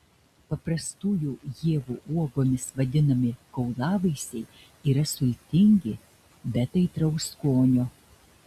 paprastųjų ievų uogomis vadinami kaulavaisiai yra sultingi bet aitraus skonio